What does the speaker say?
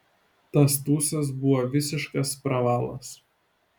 tas tūsas buvo visiškas pravalas